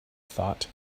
thought